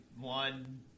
one